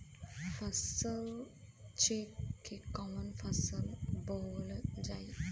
फसल चेकं से कवन फसल बोवल जाई?